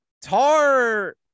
Tar